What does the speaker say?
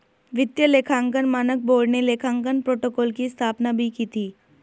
वित्तीय लेखांकन मानक बोर्ड ने लेखांकन प्रोटोकॉल की स्थापना भी की थी